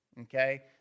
Okay